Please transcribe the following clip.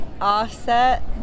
Offset